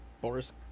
Boris